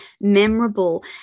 memorable